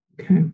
Okay